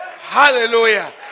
Hallelujah